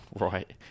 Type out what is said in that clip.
right